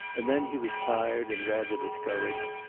and then he was tired and rather discouraged,